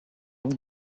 own